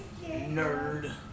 Nerd